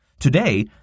Today